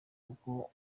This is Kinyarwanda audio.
kuko